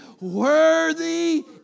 Worthy